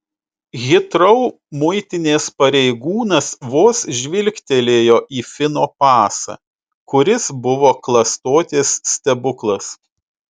hitrou muitinės pareigūnas vos žvilgtelėjo į fino pasą kuris buvo klastotės stebuklas